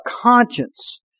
conscience